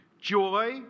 Joy